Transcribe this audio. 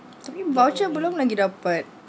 tapi voucher belum lagi dapat